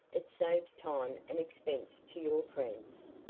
it saves time and expense to your friends.